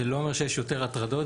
זה לא אומר שיש יותר הטרדות,